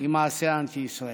היא מעשה אנטי-ישראלי.